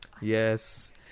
Yes